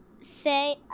say